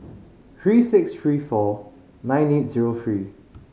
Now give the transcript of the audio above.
three six three four nine eight zero three